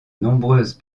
nombreuses